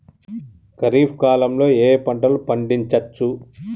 ఖరీఫ్ కాలంలో ఏ ఏ పంటలు పండించచ్చు?